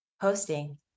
hosting